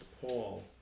Paul